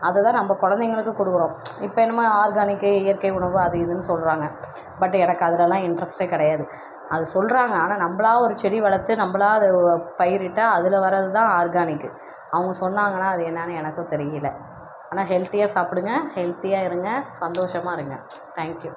அது தான் நம்ம குழந்தைங்களுக்கு கொடுக்குறோம் இப்போ என்னமோ ஆர்கானிக்கு இயற்கை உணவு அது இதுனு சொல்கிறாங்க பட் எனக்கு அதுலலாம் இண்ட்ரஸ்டே கிடையாது அது சொல்கிறாங்க ஆனால் நம்மளா ஒரு செடி வளர்த்து நம்மளா அதை ஓ பயிரிட்டு அதில் வர்றதுதான் ஆர்கானிக்கு அவங்க சொன்னாங்கன்னா அதை என்னானு எனக்கு தெரியல ஆனால் ஹெல்தியாக சாப்புடுங்க ஹெல்தியாக இருங்க சந்தோஷமாக இருங்க தேங்க்யூ